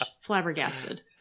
flabbergasted